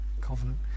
covenant